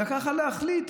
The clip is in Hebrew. וככה להחליט.